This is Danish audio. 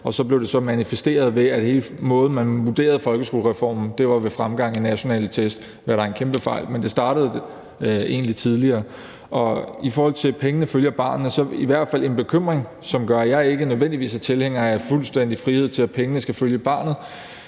og det blev så manifesteret ved, at hele måden, man vurderede folkeskolereformen på, var ved fremgang i nationale test – hvad der var en kæmpe fejl. Men det startede egentlig tidligere. I forhold til at pengene følger barnet, er der i hvert fald en bekymring, som gør, at jeg ikke nødvendigvis er tilhænger af fuldstændig frihed til, at pengene skal følge barnet,